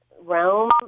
realm